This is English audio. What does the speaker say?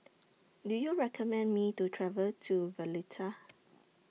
Do YOU recommend Me to travel to Valletta